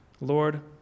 Lord